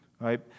right